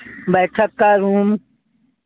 बैठक का रूम